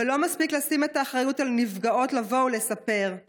אבל לא מספיק לשים את האחריות לבוא ולספר על הנפגעות.